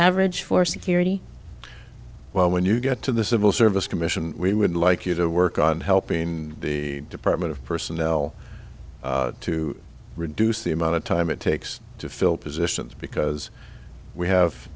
security well when you get to the civil service commission we would like you to work on helping the department of personnel to reduce the amount of time it takes to fill positions because we have